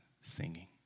singing